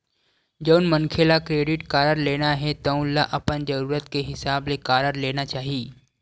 जउन मनखे ल क्रेडिट कारड लेना हे तउन ल अपन जरूरत के हिसाब ले कारड लेना चाही